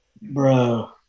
Bro